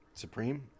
Supreme